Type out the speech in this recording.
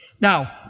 Now